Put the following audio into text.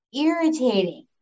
irritating